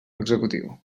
executiu